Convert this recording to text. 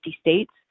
states